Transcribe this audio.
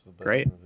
Great